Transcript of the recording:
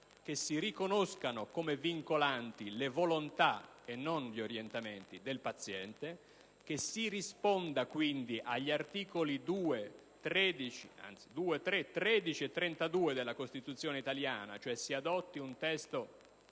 che si riconoscano come vincolanti le volontà e non gli orientamenti del paziente; che si risponda, quindi, agli articoli 2, 3, 13 e 32 della Costituzione italiana, cioè che si adotti un testo